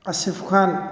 ꯑꯁꯤꯐ ꯈꯥꯟ